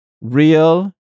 Real